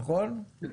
נכון.